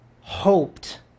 hoped